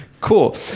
Cool